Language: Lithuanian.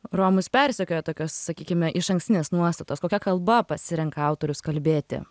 romus persekioja tokios sakykime išankstinės nuostatos kokia kalba pasirenka autorius kalbėti